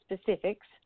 specifics